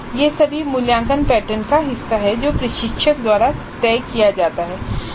ये सभी मूल्यांकन पैटर्न का हिस्सा हैं जो प्रशिक्षक द्वारा तय किया जाता है